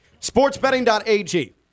Sportsbetting.ag